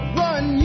run